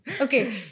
Okay